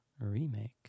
remake